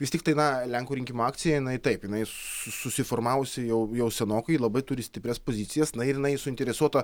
vis tiktai na lenkų rinkimų akcija taip jinai susiformavusi jau jau senokai labai turi stiprias pozicijas na ir jinai suinteresuota